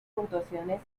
puntuaciones